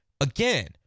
Again